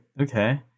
okay